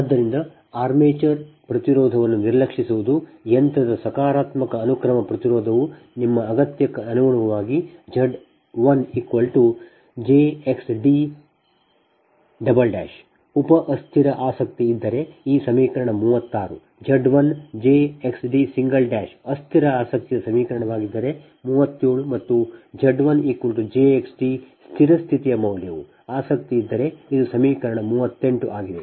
ಆದ್ದರಿಂದ ಆರ್ಮೇಚರ್ ಪ್ರತಿರೋಧವನ್ನು ನಿರ್ಲಕ್ಷಿಸುವುದು ಯಂತ್ರದ ಸಕಾರಾತ್ಮಕ ಅನುಕ್ರಮ ಪ್ರತಿರೋಧವು ನಿಮ್ಮ ಅಗತ್ಯಕ್ಕೆ ಅನುಗುಣವಾಗಿ Z1jXd ಉಪ ಅಸ್ಥಿರ ಆಸಕ್ತಿ ಇದ್ದರೆ ಈ ಸಮೀಕರಣ 36 Z1jXd ಅಸ್ಥಿರ ಆಸಕ್ತಿಯ ಸಮೀಕರಣವಾಗಿದ್ದರೆ 37 ಮತ್ತು Z1 jX d ಸ್ಥಿರ ಸ್ಥಿತಿಯ ಮೌಲ್ಯವು ಆಸಕ್ತಿಯಿದ್ದರೆ ಇದು ಸಮೀಕರಣ 38 ಆಗಿದೆ